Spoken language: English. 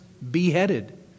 beheaded